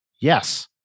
Yes